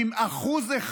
אם 1%,